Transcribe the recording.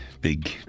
big